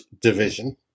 division